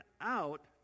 out